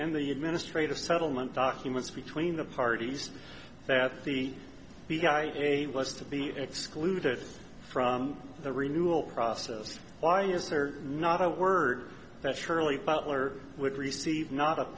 in the administrative settlement documents between the parties that the guy a list to be excluded from the renewable process why is there not a word that surely butler would receive not